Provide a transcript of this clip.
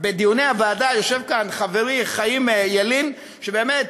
בדיוני הוועדה, יושב כאן חברי חיים ילין, שבאמת,